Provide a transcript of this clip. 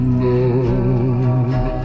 love